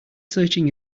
searching